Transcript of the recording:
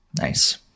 nice